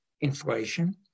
inflation